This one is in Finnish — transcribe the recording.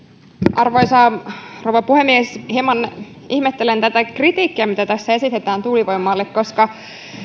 arvoisa rouva puhemies hieman ihmettelen tätä kritiikkiä mitä tässä esitetään tuulivoimasta koska